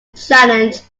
challenge